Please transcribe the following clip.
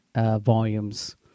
volumes